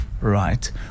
right